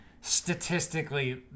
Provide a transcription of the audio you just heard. statistically